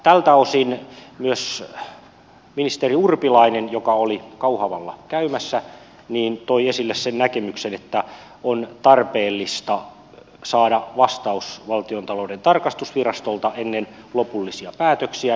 tältä osin myös ministeri urpilainen joka oli kauhavalla käymässä toi esille sen näkemyksen että on tarpeellista saada vastaus valtiontalouden tarkastusvirastolta ennen lopullisia päätöksiä